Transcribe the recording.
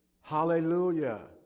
Hallelujah